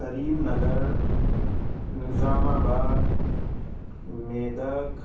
کریم Nagar Nizamabad Medak